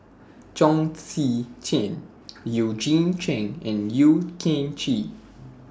Chong Tze Chien Eugene Chen and Yeo Kian Chye